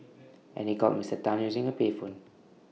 and he called Mister Tan using A payphone